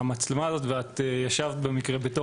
המצלמה הזאת נמצאת שם על מנת לשמש עזר